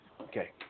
Okay